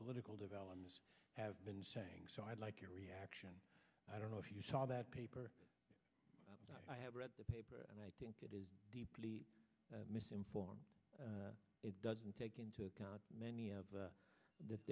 political developments have been saying so i'd like your reaction i don't know if you saw that paper but i have read the paper and i think it is deeply misinformed it doesn't take into account many of